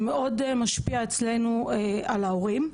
שמאוד משפיע אצלינו על ההורים.